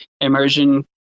immersion